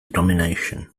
domination